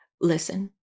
Listen